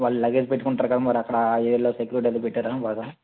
వాళ్ళు లగేజ్ పెట్టుకుంటరు కదా మరక్కడా ఆ ఏరియాలో సెక్యూరిటీ అది పెట్టారా బాగా